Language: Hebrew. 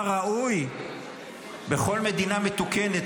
היה ראוי בכל מדינה מתוקנת,